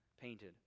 painted